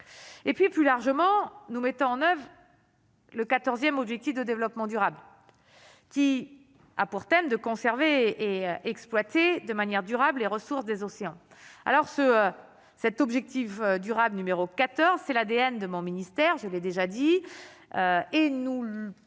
et puis plus largement, nous mettons en oeuvre le 14ème Objectifs de développement durable, qui a pour thème de conserver et exploiter de manière durable, les ressources des océans alors ce cet objectif durable numéro 4 heures c'est l'ADN de mon ministère, je l'ai déjà dit et nous le portant